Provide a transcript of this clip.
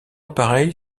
appareil